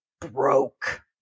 broke